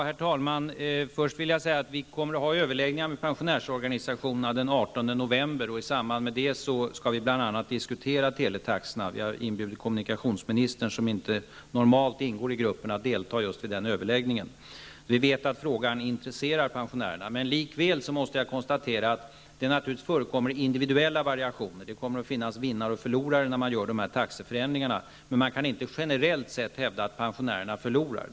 Herr talman! Till att börja med kommer regeringen att ha överläggningar med pensionärsorganisationerna den 18 november. Då skall vi diskutera bl.a. teletaxorna. Kommunikationsministern, som normalt inte ingår i gruppen, är inbjuden att delta i just denna överläggning. Vi vet att frågan intresserar pensionärerna. Likväl måste jag konstatera att det naturligtvis förekommer individuella variationer. Det kommer att finnas vinnare och förlorare i samband med dessa taxeförändringar. Man kan inte generellt sett hävda att pensionärerna förlorar.